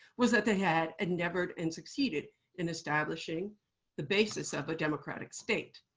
was that they had endeavored and succeeded in establishing the basis of a democratic state.